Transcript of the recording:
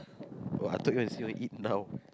oh I thought you want to say you want to eat now